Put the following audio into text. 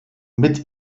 mit